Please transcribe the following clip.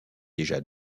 déjà